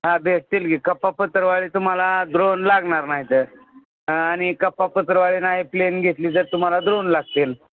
हां भेटतील की कप्पापत्रावळ्या तुम्हाला द्रोण लागणार नाहीतर आणि कप्पापत्रावळ्या नाही प्लेन घेतली जर तुम्हाला द्रोण लागतील